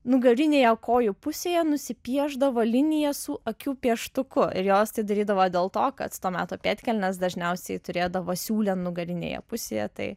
nugarinėje kojų pusėje nusipiešdavo liniją su akių pieštuku ir jos tai darydavo dėl to kad to meto pėdkelnės dažniausiai turėdavo siūlę nugarinėje pusėje tai